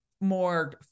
more